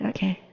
Okay